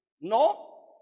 No